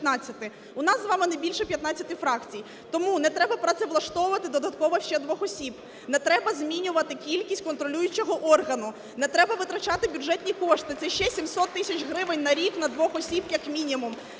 У нас з вами не більше 15 фракцій. Тому не треба працевлаштовувати додатково ще 2 осіб, не треба змінювати кількість контролюючого органу, не треба витрачати бюджетні кошти – це ще 700 тисяч гривень на рік на 2 осіб як мінімум.